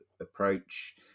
approach